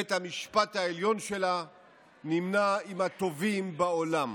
בית המשפט העליון שלה נמנה עם הטובים בעולם.